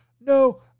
No